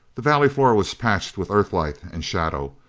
the valley floor was patched with earthlight and shadow.